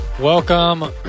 Welcome